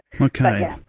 Okay